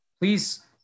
Please